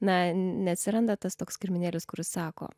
na neatsiranda tas toks kirminėlis kuris sako